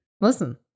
listen